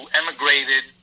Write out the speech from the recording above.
emigrated